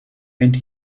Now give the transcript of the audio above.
and